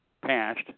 passed